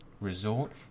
resort